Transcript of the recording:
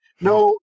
No